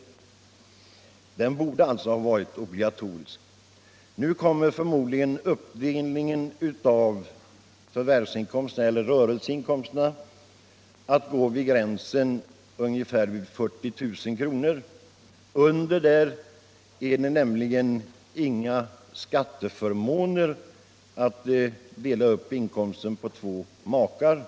Uppdelningen — Nr 76 borde alltså ha varit obligatorisk. Fredagen den Nu kommer förmodligen uppdelningen av rörelseinkomst att börja vid 5 mars 1976 ungefär 40 000 kr. Under den gränsen medför det nämligen inga skatte I förmåner att dela upp inkomsten på två makar,